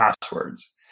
passwords